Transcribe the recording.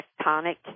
tectonic